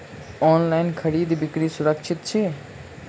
online खरीदै बिक्री सुरक्षित छी